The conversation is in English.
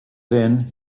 then